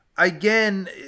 Again